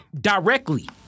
directly